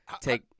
take